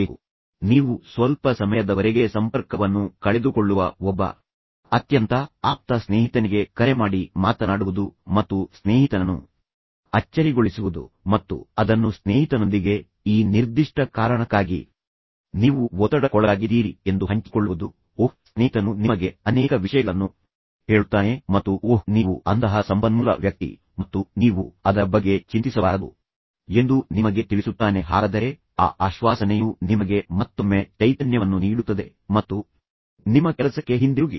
ನಿಮ್ಮ ಸ್ನೇಹಿತನೊಂದಿಗೆ ಮಾತನಾಡುವುದು ನೀವು ಸ್ವಲ್ಪ ಸಮಯದವರೆಗೆ ಸಂಪರ್ಕವನ್ನು ಕಳೆದುಕೊಳ್ಳುವ ಒಬ್ಬ ಅತ್ಯಂತ ಆಪ್ತ ಸ್ನೇಹಿತನಿಗೆ ಕರೆ ಮಾಡಿ ಮಾತನಾಡುವುದು ಮತ್ತು ಸ್ನೇಹಿತನನ್ನು ಅಚ್ಚರಿಗೊಳಿಸುವುದು ಮತ್ತು ಅದನ್ನು ಸ್ನೇಹಿತನೊಂದಿಗೆ ಈ ನಿರ್ದಿಷ್ಟ ಕಾರಣಕ್ಕಾಗಿ ನೀವು ಒತ್ತಡಕ್ಕೊಳಗಾಗಿದ್ದೀರಿ ಎಂದು ಹಂಚಿಕೊಳ್ಳುವುದು ಓಹ್ ಸ್ನೇಹಿತನು ನಿಮಗೆ ಅನೇಕ ವಿಷಯಗಳನ್ನು ಹೇಳುತ್ತಾನೆ ಮತ್ತು ಓಹ್ ನೀವು ಅಂತಹ ಸಂಪನ್ಮೂಲ ವ್ಯಕ್ತಿ ಮತ್ತು ನೀವು ಅದರ ಬಗ್ಗೆ ಚಿಂತಿಸಬಾರದು ಎಂದು ನಿಮಗೆ ತಿಳಿಸುತ್ತಾನೆ ಹಾಗಾದರೆ ಆ ಆಶ್ವಾಸನೆಯು ನಿಮಗೆ ಮತ್ತೊಮ್ಮೆ ಚೈತನ್ಯವನ್ನು ನೀಡುತ್ತದೆ ಮತ್ತು ನಿಮ್ಮ ಕೆಲಸಕ್ಕೆ ಹಿಂದಿರುಗಿ